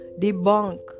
debunk